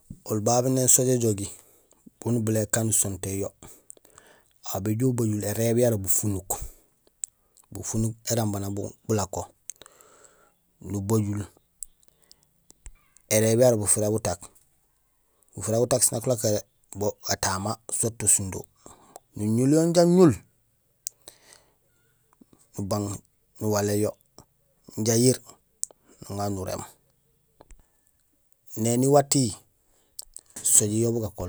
Oli babé néni sooj éjogi bu nubilé ékaan nusontéén yo, aw béjoow ubajul érééb yara bufunuk; bufunuk éramba nak bulako, nubajul érééb yara bufira butak; bufira butak siin nak bulako gatama soit to sundo, nuñul yo jaraam ñul nubang, nuwaléén yo inja yiir, nuŋa nuréém néni watihi sooj hi bugakolo.